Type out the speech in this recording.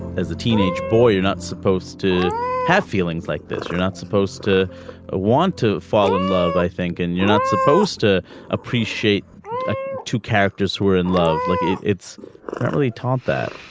as a teenage boy you're not supposed to have feelings like this you're not supposed to ah want to fall in love i think and you're not supposed to appreciate ah two characters who are in love like it's really taught that